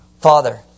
Father